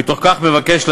תודה.